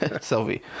Sylvie